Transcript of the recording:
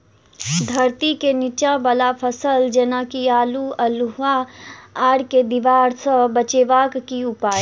धरती केँ नीचा वला फसल जेना की आलु, अल्हुआ आर केँ दीवार सऽ बचेबाक की उपाय?